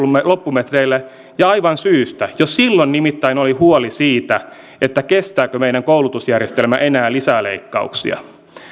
loppumetreillä ja aivan syystä jo silloin nimittäin oli huoli siitä kestääkö meidän koulutusjärjestelmämme enää lisäleikkauksia